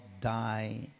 die